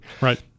Right